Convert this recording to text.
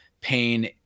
pain